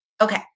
Okay